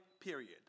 period